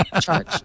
Charge